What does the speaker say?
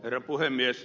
herra puhemies